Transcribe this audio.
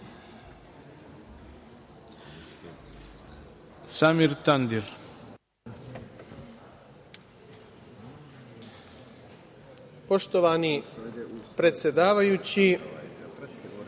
**Samir Tandir** Poštovani predsedavajući,